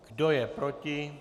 Kdo je proti?